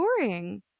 boring